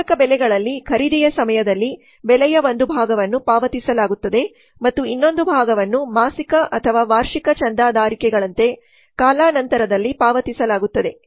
ಪೂರಕ ಬೆಲೆಗಳಲ್ಲಿ ಖರೀದಿಯ ಸಮಯದಲ್ಲಿ ಬೆಲೆಯ ಒಂದು ಭಾಗವನ್ನು ಪಾವತಿಸಲಾಗುತ್ತದೆ ಮತ್ತು ಇನ್ನೊಂದು ಭಾಗವನ್ನು ಮಾಸಿಕ ಅಥವಾ ವಾರ್ಷಿಕ ಚಂದಾದಾರಿಕೆಗಳಂತೆ ಕಾಲಾನಂತರದಲ್ಲಿ ಪಾವತಿಸಲಾಗುತ್ತದೆ